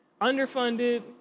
underfunded